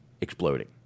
exploding